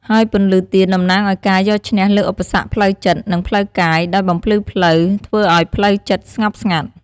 ហើយពន្លឺទៀនតំណាងឲ្យការយកឈ្នះលើឧបសគ្គផ្លូវចិត្ត និងផ្លូវកាយ ដោយបំភ្លឺផ្លូវ ធ្វើឲ្យផ្លូវចិត្តស្ងប់ស្ងាត់។